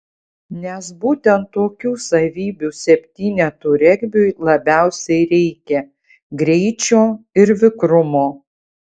nes būtent tokių savybių septynetų regbiui labiausiai reikia greičio ir vikrumo